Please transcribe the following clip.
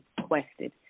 requested